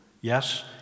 Yes